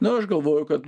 nu aš galvoju kad